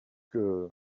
que